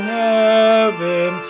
heaven